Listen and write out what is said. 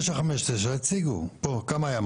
959 הציגו פה כמה היה?